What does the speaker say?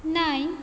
nine